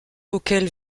auquel